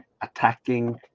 attacking